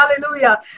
Hallelujah